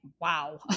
wow